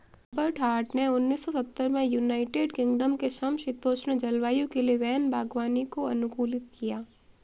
Robert Hart ने उन्नीस सौ सत्तर में यूनाइटेड किंगडम के समषीतोष्ण जलवायु के लिए वैन बागवानी को अनुकूलित किया